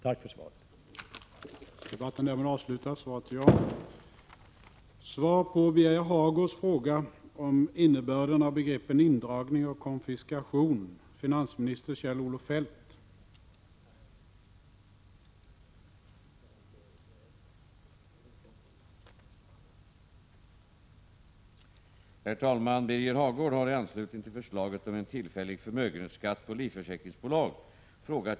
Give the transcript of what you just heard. Tack än en gång för svaret.